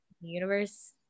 universe